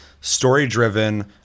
story-driven